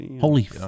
holy